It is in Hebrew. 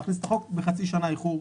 להכניס את החוק בחצי שנה איחור,